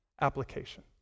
application